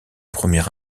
premier